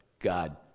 God